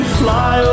fly